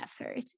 effort